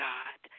God